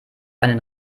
einen